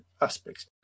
aspects